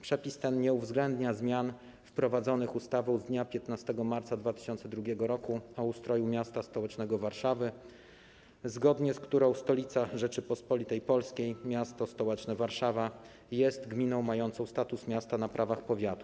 Przepis ten nie uwzględnia zmian wprowadzonych ustawą z dnia 15 marca 2002 r. o ustroju miasta stołecznego Warszawy, zgodnie z którą stolica Rzeczypospolitej Polskiej miasto stołeczne Warszawa jest gminą mającą status miasta na prawach powiatu.